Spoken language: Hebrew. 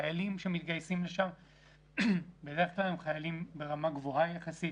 חיילים שמתגייסים לשם בדרך כלל הם חיילים ברמה גבוהה יחסית,